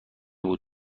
بود